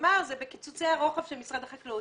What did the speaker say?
נאמר שזה בקיצוצי הרוחב של משרד החקלאות